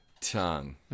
tongue